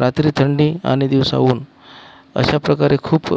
रात्री थंडी आणि दिवसा ऊन अशाप्रकारे खूप